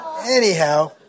Anyhow